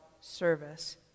service